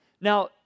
Now